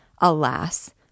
Alas